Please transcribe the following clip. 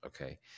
Okay